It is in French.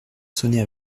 sonner